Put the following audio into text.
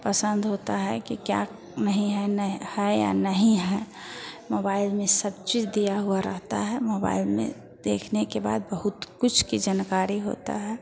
पसन्द होता है कि क्या नहीं है ना है या नहीं है मोबाइल में सब चीज़ दिया हुआ रहता है मोबाइल में देखने के बाद बहुत कुछ की जनकारी होती है